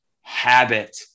Habit